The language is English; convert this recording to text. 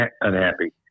unhappy